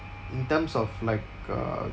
in terms of like uh